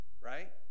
right